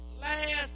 last